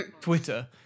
Twitter